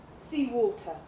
seawater